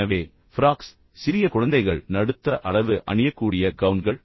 எனவே ஃப்ராக்ஸ் சிறிய குழந்தைகள் நடுத்தர அளவு அணியக்கூடிய கவுன்கள்